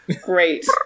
Great